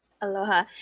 aloha